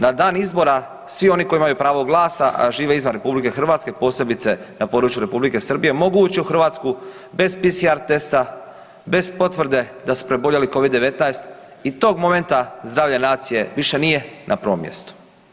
Na dan izbora, svi oni koji imaju pravo glasa a žive izvan RH, posebice na području Republike Srbije, mogu ući u Hrvatsku, bez PCR testa, bez potvrde da su preboljeli COVID-19 i tog momenta zdravlje nacije više nije na prvom mjestu.